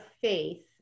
faith